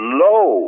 low